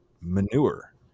manure